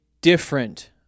different